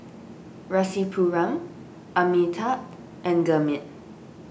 Rasipuram Amitabh and Gurmeet